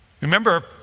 Remember